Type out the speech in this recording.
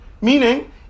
Meaning